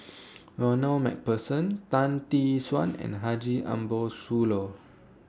Ronald MacPherson Tan Tee Suan and Haji Ambo Sooloh